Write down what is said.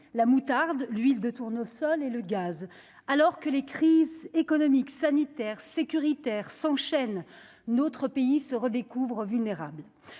la moutarde, l'huile de tournesol et le gaz, alors que les crises économiques, sanitaires, sécuritaires s'enchaînent, notre pays se redécouvre vulnérables